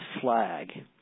flag